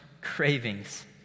cravings